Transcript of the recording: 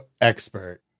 expert